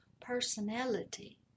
personality